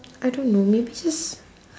I don't know maybe just